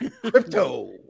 crypto